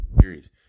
Series